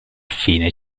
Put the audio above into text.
fine